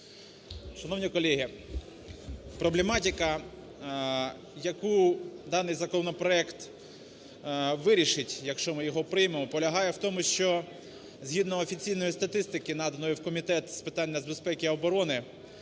Шановні колеги, проблематика, яку даний законопроект вирішить, якщо ми його приймемо, полягає в тому, що згідно офіційної статистики, наданої в Комітет з питань нацбезпеки і оборони,